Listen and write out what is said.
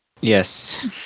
Yes